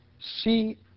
See